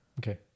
Okay